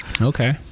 Okay